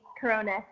Corona